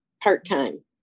part-time